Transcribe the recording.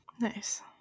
Nice